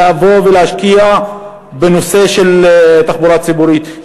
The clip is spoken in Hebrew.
לבוא ולהשקיע בנושא של תחבורה ציבורית,